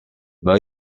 bas